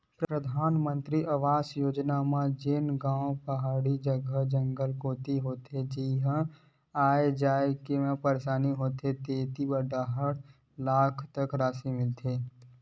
परधानमंतरी आवास योजना म जेन गाँव पहाड़ी जघा, जंगल कोती होथे जिहां आए जाए म परसानी होथे तिहां डेढ़ लाख तक रासि मिलथे